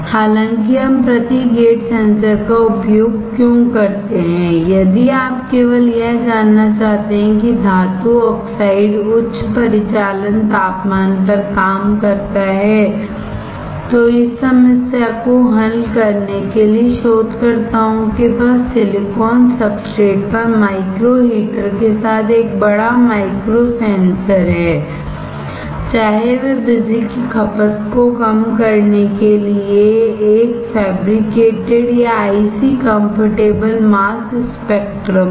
हालांकि हम प्रति गेट सेंसर का उपयोग क्यों करते हैं यदि आप केवल यह जानना चाहते हैं कि धातु ऑक्साइड उच्च परिचालन तापमान पर काम करता है तो इस समस्या को हल करने के लिए शोधकर्ताओं के पास सिलिकॉन सब्सट्रेट पर माइक्रो हीटर के साथ एक बड़ा माइक्रो सेंसर है चाहे वह बिजली की खपत को कम करने के लिए यह एक फैब्रिकेटेड या आईसी कंफर्टेबल मांस स्पेक्ट्रमहो